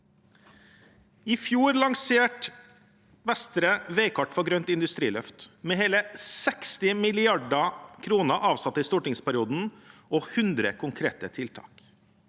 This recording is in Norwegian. I fjor lanserte Vestre et veikart for et grønt industriløft, med hele 60 mrd. kr avsatt i stortingsperioden og 100 konkrete tiltak.